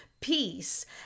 peace